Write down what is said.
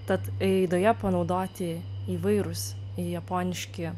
tad eidoje panaudoti įvairūs japoniški